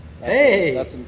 Hey